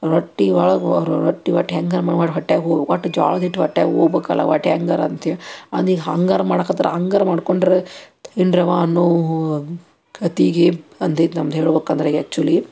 ರೊಟ್ಟಿ ಒಳಗೆ ಹೊರ ರೊಟ್ಟಿ ಒಟ್ಟು ಹ್ಯಾಂಗಾರೂ ಮಾಡಿ ಹೊಟ್ಯಾಗ ಹೋಬಕು ಒಟ್ಟು ಜ್ವಾಳದ ಹಿಟ್ಟು ಹೊಟ್ಯಾಗ ಹೋಬಕಲ ಒಟ್ಟು ಹ್ಯಾಂಗಾರೂ ಅಂತೇಳಿ ಅದು ಹಂಗಾರೂ ಮಾಡಕತ್ತಾರ ಹಂಗಾರೂ ಮಾಡ್ಕೊಂಡ್ರೆ ಏನ್ರವಾ ಅನ್ನೋ ಕತೆಗೆ ಬಂದೈತೆ ನಮ್ದು ಹೇಳ್ಬೇಕ್ ಅಂದ್ರೆ ಆ್ಯಕ್ಚುಲಿ